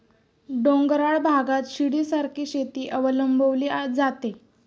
डोंगराळ भागात शिडीसारखी शेती अवलंबली जाते